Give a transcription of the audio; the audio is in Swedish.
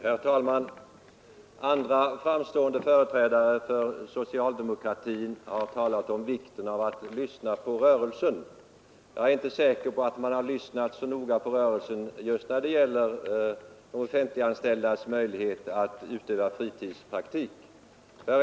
Herr talman! Andra framstående företrädare för socialdemokratin har talat om vikten av att lyssna på rörelsen, Jag är inte så säker på att man har lyssnat så noga på rörelsen när det gäller de offentligt anställda läkarnas möjligheter att utöva fritidspraktik.